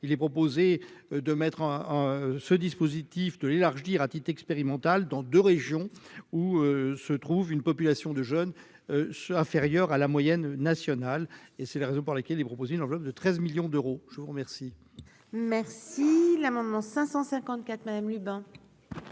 il est proposé de mettre en ce dispositif de l'élargir à titre expérimental dans 2 régions où se trouve une population de jeunes inférieurs à la moyenne nationale et c'est la raison pour laquelle il propose une enveloppe de 13 millions d'euros, je vous remercie. Merci l'amendement 554 madame Liban.